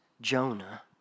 Jonah